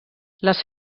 les